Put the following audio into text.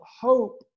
hope